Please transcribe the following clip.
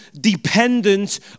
dependent